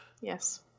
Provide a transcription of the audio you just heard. yes